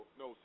no